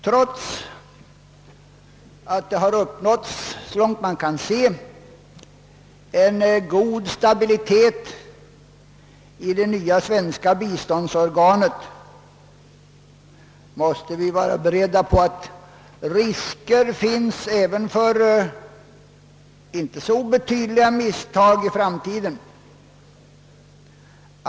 Trots att det, såvitt man kan se, har uppnåtts en god stabilitet i det nya svenska biståndsorganet, måste vi vara beredda på att risker finns även för icke så obetydliga misstag i framtiden.